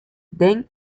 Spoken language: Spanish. dan